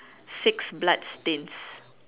six blood stains